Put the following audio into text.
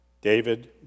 David